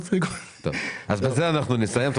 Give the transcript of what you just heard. בזה אנחנו נסיים.